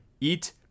eat